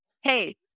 hey